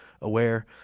aware